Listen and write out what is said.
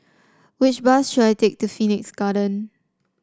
which bus should I take to Phoenix Garden